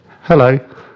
Hello